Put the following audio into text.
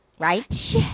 Right